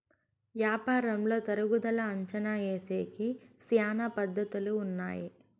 యాపారంలో తరుగుదల అంచనా ఏసేకి శ్యానా పద్ధతులు ఉన్నాయి